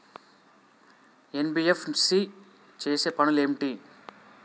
NBFC చేసే పనులు ఏమిటి?